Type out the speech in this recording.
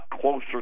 closer